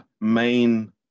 main